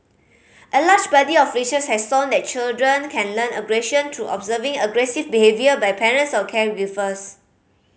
a large body of research has shown that children can learn aggression through observing aggressive behaviour by parents or caregivers